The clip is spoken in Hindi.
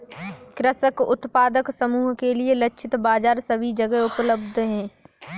कृषक उत्पादक समूह के लिए लक्षित बाजार सभी जगह उपलब्ध है